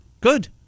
Good